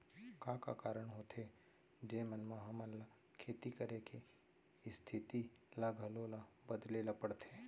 का का कारण होथे जेमन मा हमन ला खेती करे के स्तिथि ला घलो ला बदले ला पड़थे?